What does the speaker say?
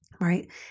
right